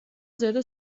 ზედა